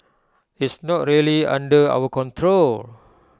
it's not really under our control